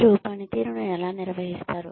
మీరు పనితీరును ఎలా నిర్వహిస్తారు